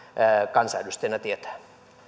kansanedustajana tietää